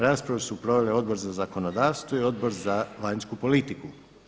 Raspravu su proveli Odbor za zakonodavstvo i Odbor za vanjsku politiku.